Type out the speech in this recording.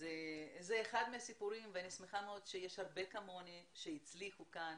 זה אחד הסיפורים ואני שמחה מאוד שיש הרבה כמוני שהצליחו כאן